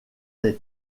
des